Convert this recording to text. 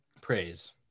praise